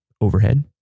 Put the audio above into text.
overhead